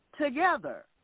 together